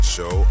Show